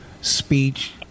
speech